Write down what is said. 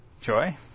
joy